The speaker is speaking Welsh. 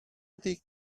ydy